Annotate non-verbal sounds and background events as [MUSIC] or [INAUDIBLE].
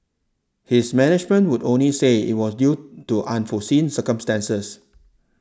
his management would only say it was [NOISE] due to unforeseen circumstances